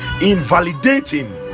invalidating